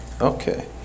Okay